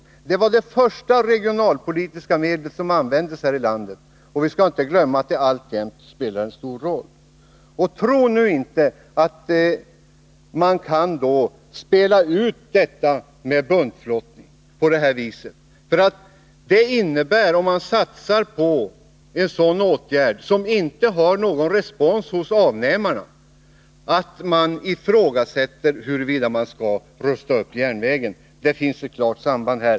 Järnvägen var det första regionalpolitiska medel som användes här i landet, och låt oss inte glömma att järnvägen alltjämt spelar en stor roll. Tro nu inte att man kan spela ut detta med buntflottning på detta vis. Om man satsar på en sådan åtgärd, som inte har någon respons hos avnämarna, så ifrågasätter man samtidigt huruvida järnvägen skall rustas upp. Här finns alltså ett klart samband.